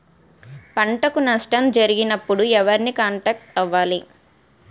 పంటకు నష్టం జరిగినప్పుడు ఎవరిని కాంటాక్ట్ అవ్వాలి?